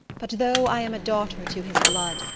but though i am a daughter to his blood,